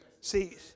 See